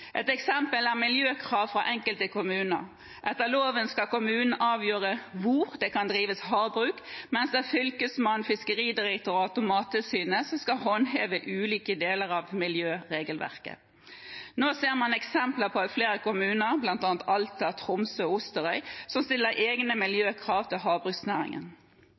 Et eksempel er miljøkrav fra enkelte kommuner. Etter loven skal kommunen avgjøre hvor det kan drives havbruk, mens det er Fylkesmannen, Fiskeridirektoratet og Mattilsynet som skal håndheve ulike deler av miljøregelverket. Nå ser man eksempler på at flere kommuner, bl.a. Alta, Tromsø og Osterøy, stiller egne miljøkrav til havbruksnæringen.